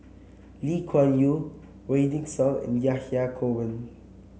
Lee Kuan Yew Wykidd Song and Yahya Cohen